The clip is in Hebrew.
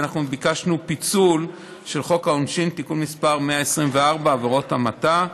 אנחנו ביקשנו פיצול של חוק העונשין (תיקון מס' 124) (עבירות המתה).